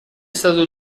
stato